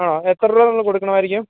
ആണോ എത്ര രൂപ നമ്മൾ കൊടുക്കണമായിരിക്കും